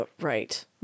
Right